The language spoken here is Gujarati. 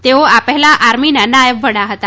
તેઓ પહેલા આર્મીના નાયબ વડા હતા